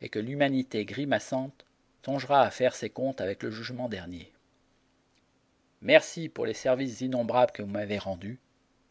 et que l'humanité grimaçante songera à faire ses comptes avec le jugement dernier merci pour les services innombrables que vous m'avez rendus